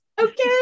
okay